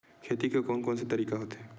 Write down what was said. खेती के कोन कोन से तरीका होथे?